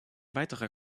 weiterer